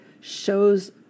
shows